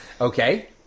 Okay